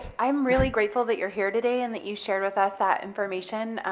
i'm really grateful that you're here today and that you shared with us that information,